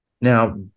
now